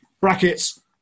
brackets